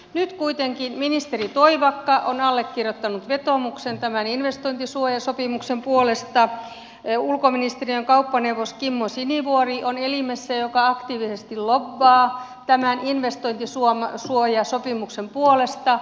nyt kuitenkin ministeri toivakka on allekirjoittanut vetoomuksen tämän investointisuojasopimuksen puolesta ja ulkoministeriön kauppaneuvos kimmo sinivuori on elimessä joka aktiivisesti lobbaa tämän investointisuojasopimuksen puolesta